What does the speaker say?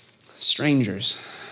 Strangers